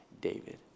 David